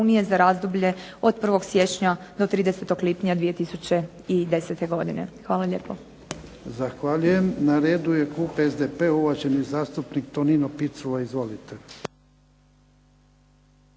za razdoblje od 01. siječnja do 30. lipnja 2010. godine. Hvala lijepo. **Jarnjak, Ivan (HDZ)** Zahvaljujem. Na redu je klub SDP-a, uvaženi zastupnik Tonino Picula. Izvolite.